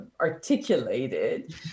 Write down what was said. articulated